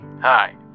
Hi